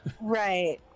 Right